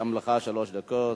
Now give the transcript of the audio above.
גם לך שלוש דקות.